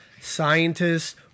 scientists